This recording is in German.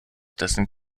dessen